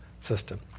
system